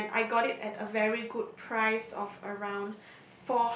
and I got it at a very good price of around